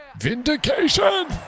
Vindication